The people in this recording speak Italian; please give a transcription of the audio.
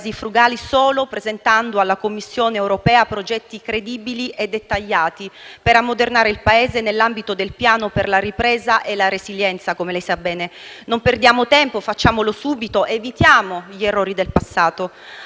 dei Paesi frugali solo presentando alla Commissione europea progetti credibili e dettagliati per ammodernare il Paese, nell'ambito del piano per la ripresa e la resilienza, come sa bene. Non perdiamo tempo: facciamolo subito ed evitiamo gli errori del passato.